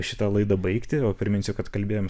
šitą laidą baigti o priminsiu kad kalbėjom